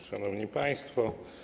Szanowni Państwo!